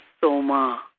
Soma